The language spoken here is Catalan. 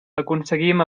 aconseguim